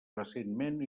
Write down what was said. recentment